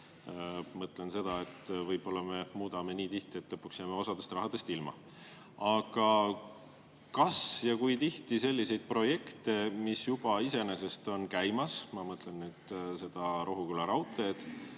Mõtlen seda, et võib-olla me muudame nii tihti, et lõpuks jääme osa rahast ilma. Aga kas ja kui tihti selliseid projekte, mis juba iseenesest on töös – ma mõtlen seda Rohuküla raudteed,